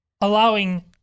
allowing